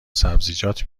سبزیجات